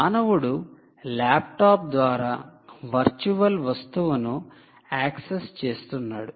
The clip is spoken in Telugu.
మానవుడు ల్యాప్టాప్ ద్వారా వర్చువల్ వస్తువును యాక్సెస్ చేస్తున్నాడు